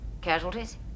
Casualties